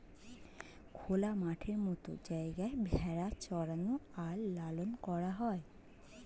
খোলা মাঠের মত জায়গায় ভেড়া চরানো আর লালন করা হয়